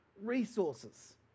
resources